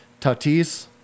Tatis